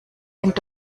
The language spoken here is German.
fängt